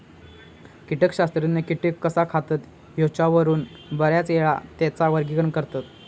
कीटकशास्त्रज्ञ कीटक कसा खातत ह्येच्यावरून बऱ्याचयेळा त्येंचा वर्गीकरण करतत